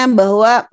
bahwa